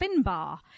Finbar